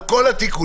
על כל התיקונים,